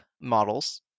models